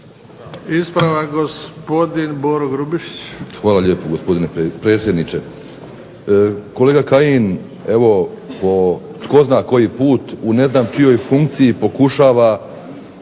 **Grubišić, Boro (HDSSB)** Hvala lijepo gospodine predsjedniče. Kolega Kajin, evo po tko zna koji put u ne znam čijoj funkciji pokušava